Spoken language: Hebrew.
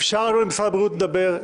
אפשרנו למשרד הבריאות לדבר,